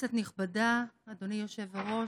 כנסת נכבדה, אדוני היושב-ראש,